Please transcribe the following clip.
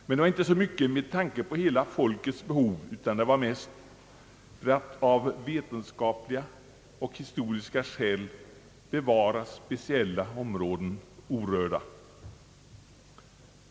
Men det var inte så mycket med tanke på hela folkets behov utan det var mest för att av naturvetenskapliga och historiska skäl bevara speciella naturområden orörda.